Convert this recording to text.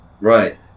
right